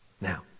Now